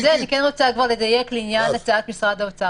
הצעת משרד האוצר